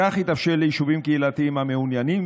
בכך יתאפשר ליישובים קהילתיים המעוניינים